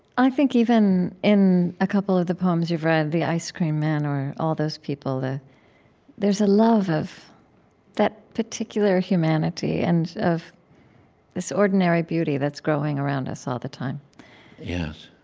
i think even in a couple of the poems you've read, the ice-cream man or all those people there's a love of that particular humanity and of this ordinary beauty that's growing around us all the time yes.